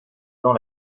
dans